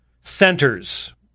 centers